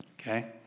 okay